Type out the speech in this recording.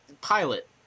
pilot